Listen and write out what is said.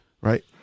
right